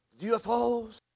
UFOs